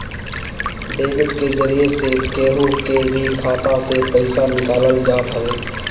debit के जरिया से केहू के भी खाता से पईसा निकालल जात हवे